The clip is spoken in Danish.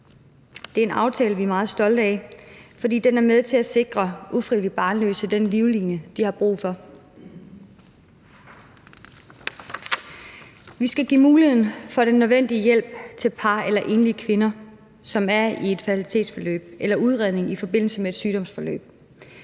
Det er en aftale, vi er meget stolte af, fordi den er med til at sikre ufrivillige barnløse den livline, de har brug for. Vi skal give muligheden for den nødvendige hjælp til par eller enlige kvinder, som er i et fertilitetsforløb eller i udredning i forbindelse med et sygdomsforløb.